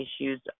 issues